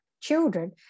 children